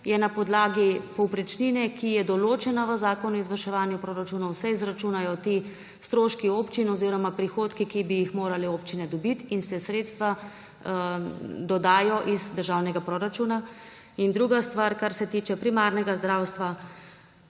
se na podlagi povprečnine, ki je določena v zakonu o izvrševanju proračunov – tu se izračunajo ti stroški občin oziroma prihodki, ki bi jih morale občine dobiti – sredstva dodajo iz državnega proračuna. Druga stvar je to, kar se tiče primarnega zdravstva.